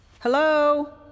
Hello